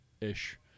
ish